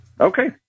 Okay